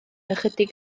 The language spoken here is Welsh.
ychydig